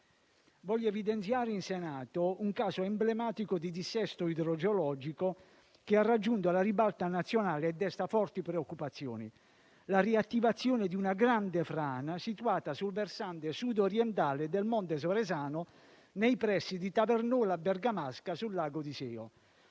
vorrei evidenziare in Senato un caso emblematico di dissesto idrogeologico che ha raggiunto la ribalta nazionale e desta forti preoccupazioni: la riattivazione di una grande frana, situata sul versante sudorientale del Monte Saresano, nei pressi di Tavernola Bergamasca sul lago d'Iseo.